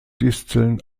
disteln